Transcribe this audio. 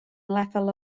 lefel